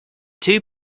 two